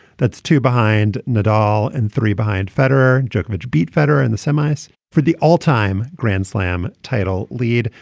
that's two behind nadal and three behind federer. djokovic beat federer in the semis for the all time grand slam title lead.